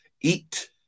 eat